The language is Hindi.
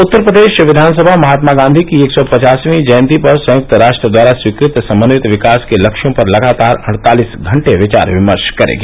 उत्तर प्रदेश कियानसभा महात्मा गांधी की एक सौ पचासवीं जयन्ती पर संयुक्त राष्ट्र द्वारा स्वीकृत समन्वित विकास के लक्ष्यों पर लगातार अड़तालिस घण्टे विचार विमर्श करेगी